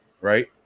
right